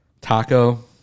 taco